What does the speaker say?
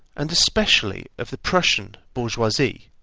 and especially, of the prussian bourgeoisie,